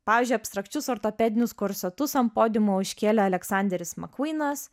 pavyzdžiui abstrakčius ortopedinius korsetus ant podiumo užkėlė aleksanderis makvynas